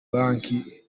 banki